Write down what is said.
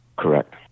correct